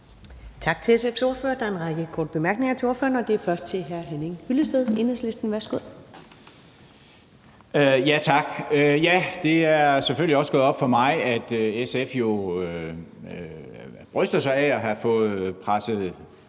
Tak til SF's ordfører. Der er en række korte bemærkninger til ordføreren, og det er først fra hr. Henning Hyllested, Enhedslisten. Værsgo. Kl. 19:52 Henning Hyllested (EL): Tak. Det er selvfølgelig også gået op for mig, at SF jo bryster sig af at have fået presset